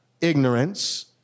ignorance